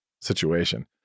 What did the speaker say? situation